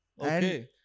Okay